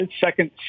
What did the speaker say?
second